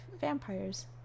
vampires